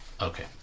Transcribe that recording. Okay